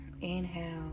inhale